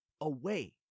away